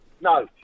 No